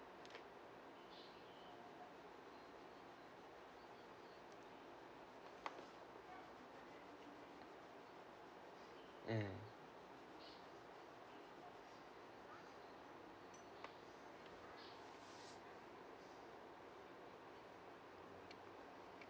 mmhmm